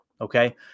okay